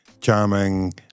charming